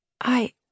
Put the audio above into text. I-